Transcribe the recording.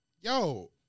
yo